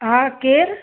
हा केरु